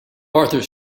arthur